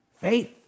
Faith